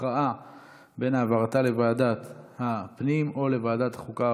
הכרעה אם להעבירה לוועדת הפנים או לוועדת החוקה,